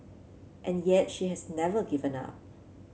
and yet she has never given up